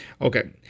Okay